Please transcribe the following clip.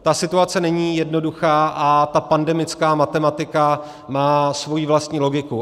Ta situace není jednoduchá a ta pandemická matematika má svoji vlastní logiku.